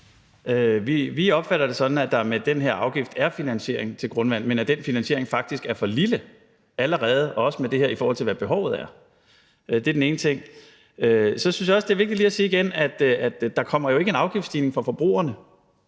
Vi opfatter det sådan, at der med den her afgift er finansiering til grundvand, men at den finansiering faktisk allerede er for lille, også med det her tiltag, i forhold til hvad behovet er. Det er den ene ting. Så synes jeg også, det er vigtigt lige at sige igen, at der jo ikke kommer en afgiftsstigning for forbrugerne